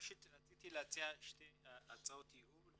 ראשית רציתי להציע שתי הצעות ייעול,